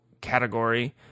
category